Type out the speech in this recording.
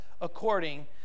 according